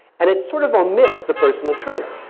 and it's sort of omits the personal trainer.